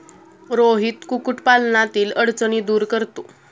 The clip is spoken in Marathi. रोहित कुक्कुटपालनातील अडचणी दूर करतो